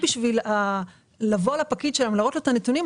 כדי לבוא לפקיד ולהראות לו את הנתונים,